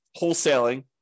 wholesaling